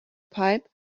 pipe